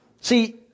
See